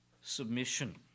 submission